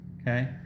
okay